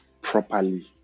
properly